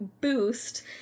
boost